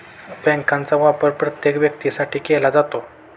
बँकांचा वापर प्रत्येक व्यक्तीसाठी केला जातो